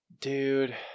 Dude